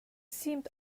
seemed